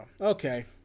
Okay